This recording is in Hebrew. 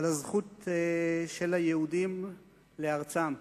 על הזכות של היהודים לארצם.